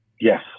Yes